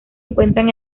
encuentran